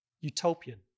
utopian